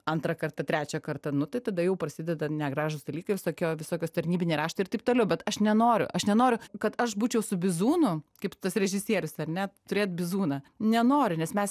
antrą kartą trečią kartą nu tai tada jau prasideda negražūs dalykai visokio visokios tarnybiniai raštai ir taip toliau bet aš nenoriu aš nenoriu kad aš būčiau su bizūnu kaip tas režisierius ar ne turėt bizūną nenoriu nes mes